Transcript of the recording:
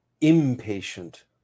impatient